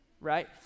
Right